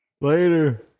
Later